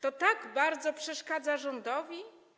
To tak bardzo przeszkadza rządowi?